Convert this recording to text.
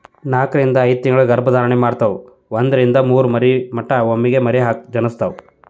ನಾಕರಿಂದ ಐದತಿಂಗಳ ಗರ್ಭ ಧಾರಣೆ ಮಾಡತಾವ ಒಂದರಿಂದ ಮೂರ ಮರಿ ಮಟಾ ಒಮ್ಮೆಗೆ ಮರಿ ಜನಸ್ತಾವ